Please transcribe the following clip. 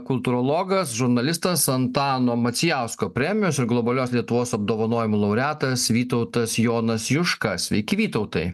kultūrologas žurnalistas antano macijausko premijos ir globalios lietuvos apdovanojimų laureatas vytautas jonas juška sveiki vytautai